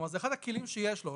כלומר זה אחד הכלים שיש לו,